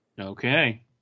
Okay